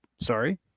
sorry